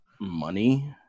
money